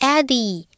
Eddie